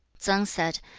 tsang said,